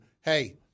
hey